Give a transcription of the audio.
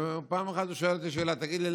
פעם אחת הוא שאל אותי שאלה: תגיד לי,